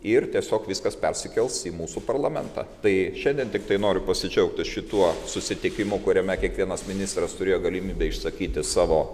ir tiesiog viskas persikels į mūsų parlamentą tai šiandien tiktai noriu pasidžiaugti šituo susitikimu kuriame kiekvienas ministras turėjo galimybę išsakyti savo